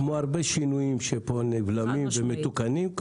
כמו הרבה שינויים שפה מתגלים ומתוקנים,